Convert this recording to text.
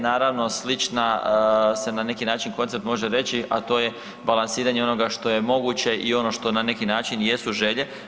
Naravno slična se na neki način koncept može reći, a to je balansiranje onoga što je moguće i ono što na neki način jesu želje.